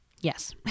yes